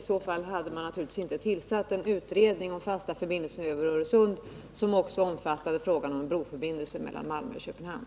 I så fall hade man naturligtvis inte tillsatt en utredning beträffande fast förbindelse över Öresund, som också omfattade frågan om en broförbindelse mellan Malmö och Köpenhamn.